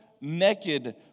naked